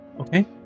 Okay